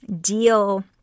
deal